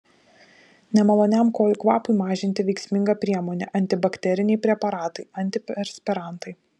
nemaloniam kojų kvapui mažinti veiksminga priemonė antibakteriniai preparatai antiperspirantai